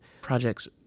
projects